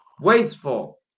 Wasteful